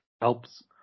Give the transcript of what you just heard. helps